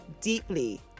deeply